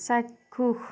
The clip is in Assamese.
চাক্ষুষ